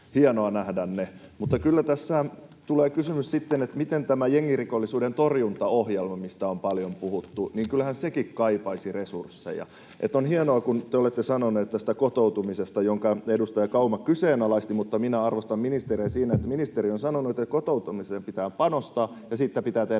hienoa nähdä ne. Mutta kyllä tässä tulee kysymys sitten siitä, että kyllähän tämä jengirikollisuuden torjuntaohjelmakin, mistä on paljon puhuttu, kaipaisi resursseja. On hienoa, kun te olette sanoneet tästä kotoutumisesta — minkä edustaja Kauma kyseenalaisti, mutta minä arvostan ministeriä siinä — että kotoutumiseen pitää panostaa ja siitä pitää tehdä